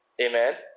Amen